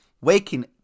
waking